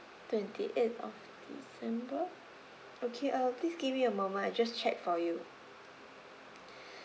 twenty eight of december okay uh please give me a moment I'll just check for you